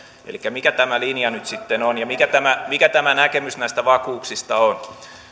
elikkä mikä tämä linja nyt sitten on ja mikä tämä mikä tämä näkemys näistä vakuuksista on